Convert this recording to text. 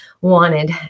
wanted